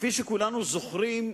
שכפי שכולנו זוכרים,